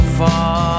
far